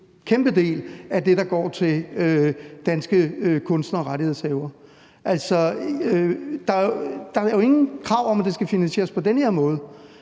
kæmpe del af det, der går til danske kunstnere og rettighedshavere? Der er jo ingen krav om, at det skal finansieres på den her måde.